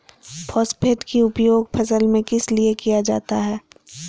Phosphate की उपयोग फसल में किस लिए किया जाता है?